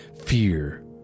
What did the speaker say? Fear